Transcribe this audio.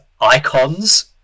icons